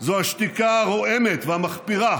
זה השתיקה הרועמת והמחפירה